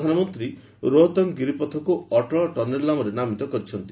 ପ୍ରଧାନମନ୍ତ୍ରୀ ରୋହତାଙ୍ଗ୍ ଗିରପଥକୁ ଅଟଳ ଟନେଲ୍ ନାମରେ ନାମିତ କରିଛନ୍ତି